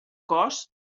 cos